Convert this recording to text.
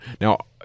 Now